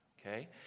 Okay